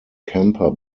kemper